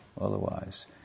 otherwise